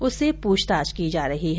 उससे पूछताछ की जा रही हैं